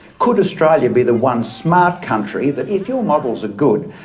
could australia be the one smart country that if your models are good,